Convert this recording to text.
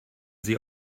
sie